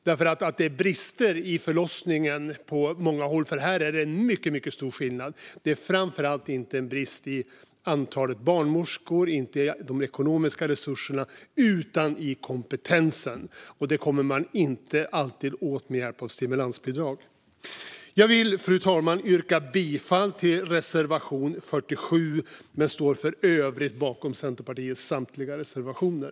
Det finns brister i förlossningsvården på många håll - här är det mycket stor skillnad. Det rör sig inte framför allt om en brist när det gäller antalet barnmorskor eller de ekonomiska resurserna utan när det gäller kompetensen. Detta kommer man inte alltid åt med hjälp av stimulansbidrag. Jag vill, fru talman, yrka bifall till reservation 47 men står i övrigt bakom Centerpartiets samtliga reservationer.